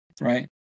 right